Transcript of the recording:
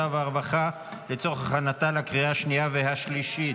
והרווחה לצורך הכנתה לקריאה השנייה והשלישית.